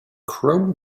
chrome